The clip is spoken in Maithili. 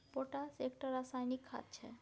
पोटाश एकटा रासायनिक खाद छै